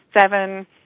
seven